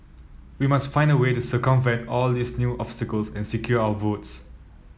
we must find a way to circumvent all these new obstacles and secure our votes